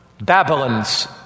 Babylon's